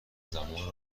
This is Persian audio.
زمان